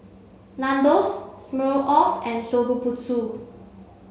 Nandos Smirnoff and Shokubutsu